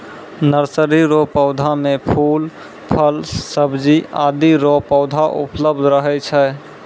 nursery रो पौधा मे फूल, फल, सब्जी आदि रो पौधा उपलब्ध रहै छै